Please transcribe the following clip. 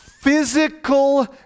physical